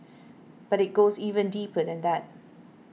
but it goes even deeper than that